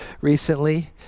recently